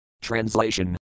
Translation